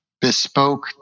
bespoke